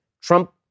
Trump